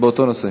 באותו נושא.